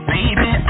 Baby